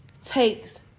takes